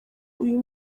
uyu